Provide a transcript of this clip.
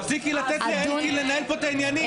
תפסיקי לתת ל- -- לנהל פה את העניינים.